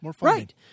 Right